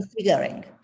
Configuring